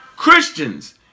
Christians